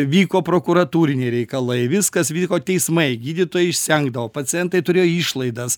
vyko prokuratūriniai reikalai viskas vyko teismai gydytojai išsenkdavo pacientai turėjo išlaidas